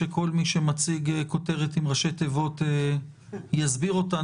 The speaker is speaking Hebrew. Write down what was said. שכל מי שמציג כותרת עם ראשי תיבות יסביר אותן,